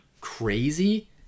crazy